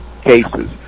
cases